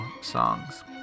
songs